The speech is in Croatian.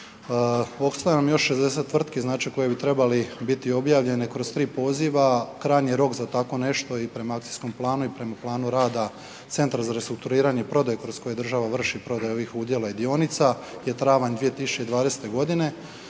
Ostaje nam još 60 tvrtki koje bi trebali biti objavljene kroz 3 poziva, krajnji rok za tako nešto i prema akcijskom planu i prema planu radu Centra za restrukturiranje i prodaju kroz koje država vrši prodaju ovih udjela i dionica je travanj 2020. godine.